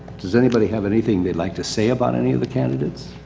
does anybody have anything they'd like to say about any of the candidates?